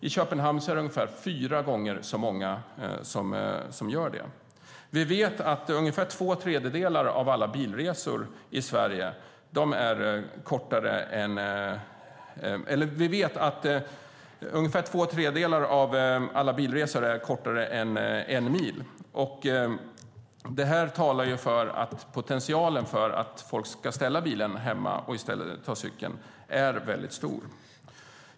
I Köpenhamn är det ungefär fyra gånger så många som gör det. Vi vet att ungefär två tredjedelar av alla bilresor i Sverige är kortare än 1 mil. Det talar för att potentialen för att folk ska ställa bilen hemma och i stället ta cykeln är mycket stor.